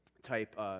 type